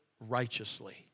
righteously